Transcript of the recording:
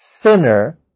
sinner